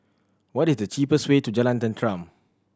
what is the cheapest way to Jalan Tenteram